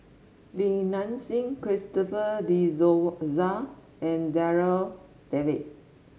Li Nanxing Christopher De Souza and Darryl David